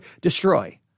destroy